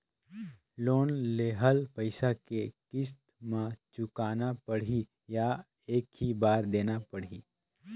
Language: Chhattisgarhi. लोन लेहल पइसा के किस्त म चुकाना पढ़ही या एक ही बार देना पढ़ही?